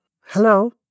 hello